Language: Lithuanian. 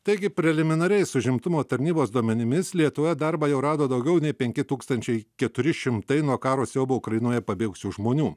taigi preliminariais užimtumo tarnybos duomenimis lietuvoje darbą jau rado daugiau nei penki tūkstančiai keturi šimtai nuo karo siaubo ukrainoje pabėgusių žmonių